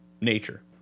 nature